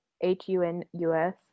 h-u-n-u-s